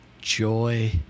joy